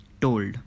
told